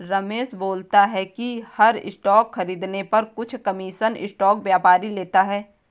रमेश बोलता है कि हर स्टॉक खरीदने पर कुछ कमीशन स्टॉक व्यापारी लेता है